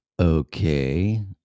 okay